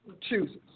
chooses